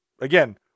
again